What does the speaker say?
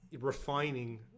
refining